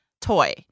toy